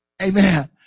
Amen